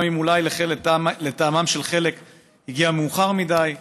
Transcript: גם אם אולי לטעמם של חלק זה הגיע מאוחר מדי,